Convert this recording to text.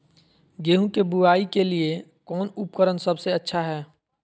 गेहूं के बुआई के लिए कौन उपकरण सबसे अच्छा है?